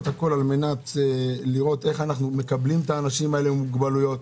הכול על-מנת לראות איך אנו מקבלים את האנשים עם מוגבלויות.